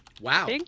Wow